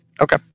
Okay